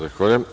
Zahvaljujem.